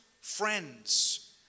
friends